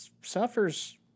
suffers